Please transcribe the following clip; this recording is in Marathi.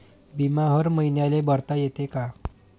बिमा हर मईन्याले भरता येते का?